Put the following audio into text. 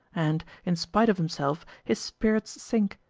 and, in spite of himself, his spirits sink.